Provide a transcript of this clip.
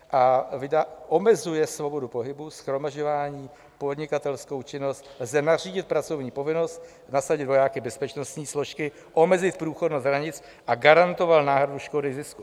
A omezuje svobodu pohybu, shromažďování, podnikatelskou činnost, lze nařídit pracovní povinnost, nasadit vojáky, bezpečnostní složky, omezit průchodnost hranic a garantoval náhradu škody, zisku.